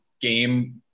game